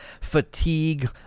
fatigue